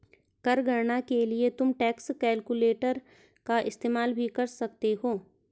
कर गणना के लिए तुम टैक्स कैलकुलेटर का इस्तेमाल भी कर सकते हो